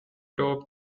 top